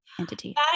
entity